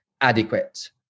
adequate